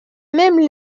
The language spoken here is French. même